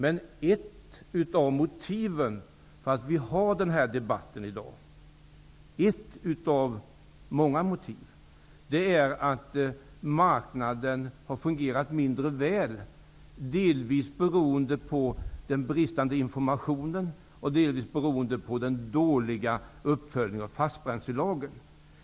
Ett av många motiv till att vi har denna debatt i dag är att marknaden har fungerat mindre väl, delvis beroende på den bristande informationen och på den dåliga uppföljningen av fastbränslelagen.